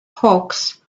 hawks